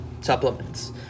supplements